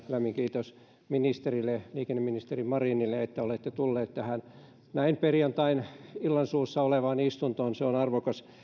lämmin kiitos liikenneministeri marinille että olette tullut tähän näin perjantain illansuussa olevaan istuntoon se on arvokas